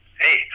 Hey